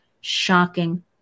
shocking